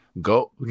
go